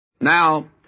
Now